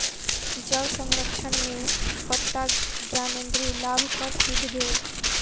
जल संरक्षण में पत्ता ज्ञानेंद्री लाभकर सिद्ध भेल